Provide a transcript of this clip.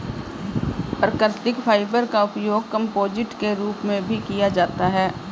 प्राकृतिक फाइबर का उपयोग कंपोजिट के रूप में भी किया जाता है